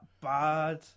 bad